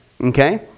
okay